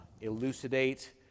elucidate